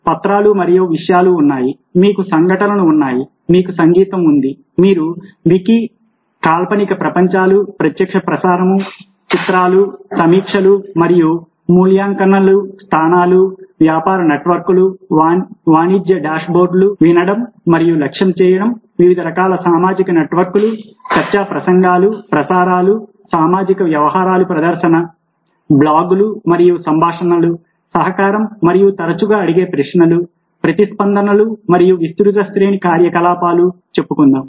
మీకు పత్రాలు మరియు విషయాలు ఉన్నాయి మీకు సంఘటనలు ఉన్నాయి మీకు సంగీతం ఉంది మీరు వికీ కాల్పనిక ప్రపంచాలు ప్రత్యక్ష ప్రసారం చిత్రాలు సమీక్షలు మరియు మూల్యంకనములు స్థానాలు వ్యాపార నెట్వర్క్లు వాణిజ్య డాష్బోర్డ్లు వినడం మరియు లక్ష్యం చేయడం వివిధ రకాల సామాజిక నెట్వర్క్లు చర్చా ప్రసంగాలు ప్రసారాలు సామాజిక వ్యవహారాలు ప్రదర్శన బ్లాగ్లు మరియు సంభాషణలు సహకారం మరియు తరచుగా అడిగే ప్రశ్నలు ప్రతిస్పందనలు మరియు విస్తృత శ్రేణి కార్యకలాపాలు చెప్పుకుందాం